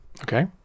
Okay